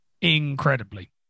incredibly